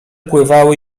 pływały